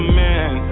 man